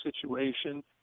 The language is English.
situation